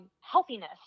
healthiness